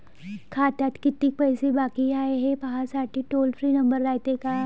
खात्यात कितीक पैसे बाकी हाय, हे पाहासाठी टोल फ्री नंबर रायते का?